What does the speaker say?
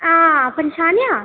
हां पन्छानेआ